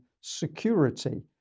security